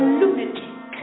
lunatic